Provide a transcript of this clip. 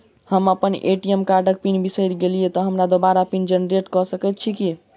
हम अप्पन ए.टी.एम कार्डक पिन बिसैर गेलियै तऽ हमरा दोबारा पिन जेनरेट कऽ सकैत छी की?